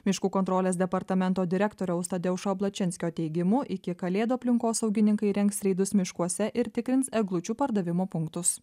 miškų kontrolės departamento direktoriaus tadeušo plačinskio teigimu iki kalėdų aplinkosaugininkai rengs reidus miškuose ir tikrins eglučių pardavimo punktus